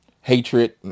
hatred